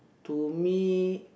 to me